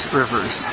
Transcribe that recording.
rivers